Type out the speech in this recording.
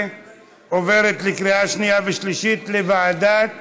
ועוברת לקראת הקריאה השנייה והשלישית לוועדת החוקה,